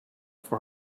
for